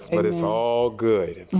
so it is all good.